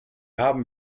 haben